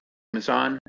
Amazon